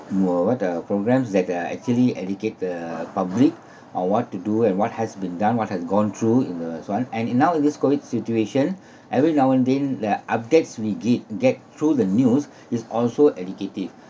more what the programmes that uh actually educate the public on what to do and what has been done what has gone through in these one and in nowadays COVID situation every now and then the updates we get get through the news is also educative